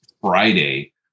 Friday